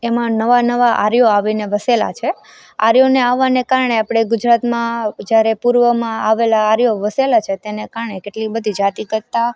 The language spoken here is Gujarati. એમાં નવા નવા આર્યો આવીને વસેલા છે આર્યોને આવવાને કારણે આપણે ગુજરાતમાં જ્યારે પૂર્વમાં આવેલા આર્યો વસેલા છે તેને કારણે કેટલી બધી જાતિગતતા